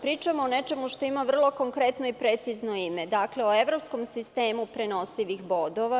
Pričamo o nečemu što ima vrlo konkretno i precizno ime, o evropskom sistemu prenosivih bodova.